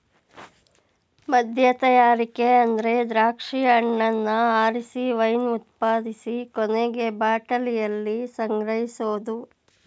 ಮದ್ಯತಯಾರಿಕೆ ಅಂದ್ರೆ ದ್ರಾಕ್ಷಿ ಹಣ್ಣನ್ನ ಆರಿಸಿ ವೈನ್ ಉತ್ಪಾದಿಸಿ ಕೊನೆಗೆ ಬಾಟಲಿಯಲ್ಲಿ ಸಂಗ್ರಹಿಸೋದು